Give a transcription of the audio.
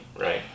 right